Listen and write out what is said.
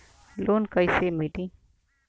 Loan कइसे मिलि?